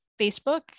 Facebook